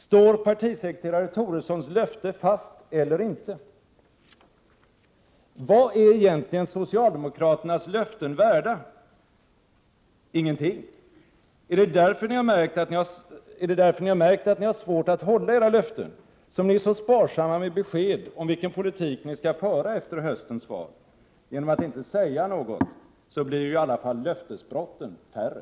Står partisekreteraren Toressons löften fast eller inte? Vad är egentligen socialdemokraternas löften värda? Ingenting? Är det därför att ni har märkt att ni har svårt att hålla era löften som ni är så sparsamma med besked om vilken politik ni skall föra efter höstens val? Genom att inte säga något blir i alla fall löftesbrotten färre.